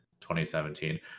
2017